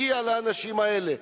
הגיע לאנשים האלה?